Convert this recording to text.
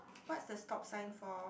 what's the stop sign for